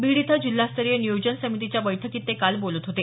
बीड इथं जिल्हास्तरीय नियोजन समितीच्या बैठकीत ते काल बोलत होते